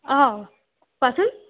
অঁ কোৱাচোন